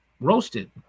roasted